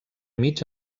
mig